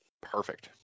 perfect